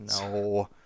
no